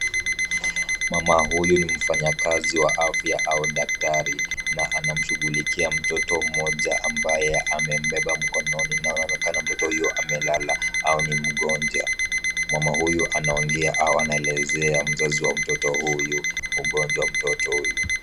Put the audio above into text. Mama huyu ni mfanyakazi wa afya au daktari, na anamshughulikia mtoto mmoja ambaye amembeba mkononi na unakana mtoto huyo amelala au ni mgonjwa. Mama huyu anaongea au anaelezea mzazi wa mtoto huyu mgonjwa wa mtoto huyu.